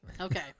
Okay